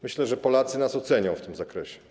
Myślę, że Polacy nas ocenią w tym zakresie.